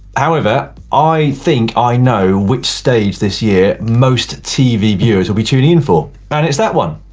however i think i know which stage this year most tv viewers will be tuning in for. and it's that one.